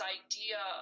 idea